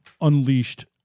unleashed